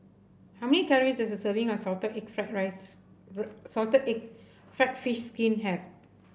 how many calories does a serving of Salted Egg Fried Rice Salted Egg fried fish skin have